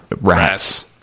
rats